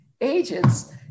agents